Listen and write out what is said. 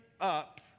up